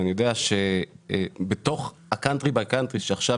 אני יודע שבתוך ה-country by country שעכשיו